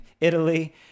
Italy